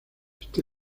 este